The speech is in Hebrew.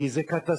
כי זה קטסטרופה,